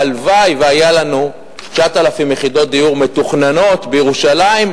הלוואי שהיו לנו 9,000 יחידות דיור מתוכננות בירושלים,